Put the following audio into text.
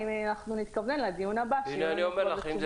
אנחנו נתכוונן לדיון הבא --- אם זה